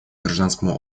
гражданскому